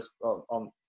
on